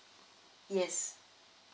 yes